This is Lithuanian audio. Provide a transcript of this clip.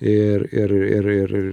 ir ir ir ir